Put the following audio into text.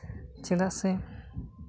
ᱪᱮᱫᱟᱜ ᱥᱮ